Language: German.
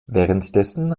währenddessen